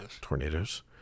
tornadoes